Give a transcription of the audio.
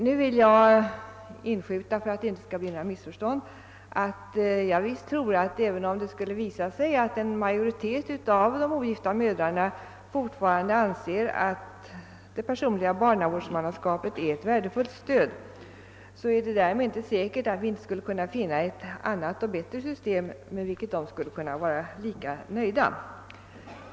Nu vill jag inskjuta, för att det inte skall bli några missförstånd, att även om det skulle visa sig att en majoritet av de ogifta mödrarna fortfarande anser att det personliga barnavårdsmannaskapet är ett värdefullt stöd, så är det inte säkert att vi inte skulle finna ett annat och bättre system med vilket de kunde vara lika nöjda.